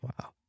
Wow